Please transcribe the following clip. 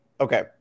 okay